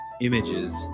images